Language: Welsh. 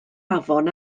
afon